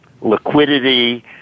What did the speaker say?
liquidity